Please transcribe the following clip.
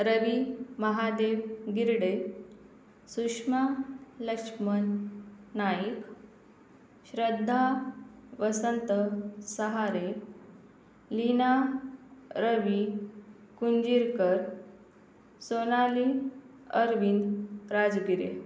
Ravi Mahadev Girde Sushma Laxman Naik Shraddha Vasant Sahare Leena Ravi Kunjirkar Sonali Arvind Rajgire